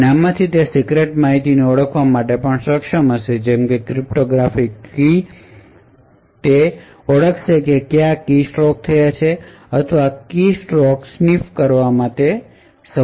અને આમાંથી તે સીક્રેટ માહિતીને ઓળખવા માટે સક્ષમ હશે જેમ કે ક્રિપ્ટોગ્રાફિક કીઝ તે ઓળખાશે કે કયા કીસ્ટ્રોક થયા છે અથવા તે કીસ્ટ્રોક સ્નિફ કરવામાં સમર્થ હશે